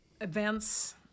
events